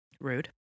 Rude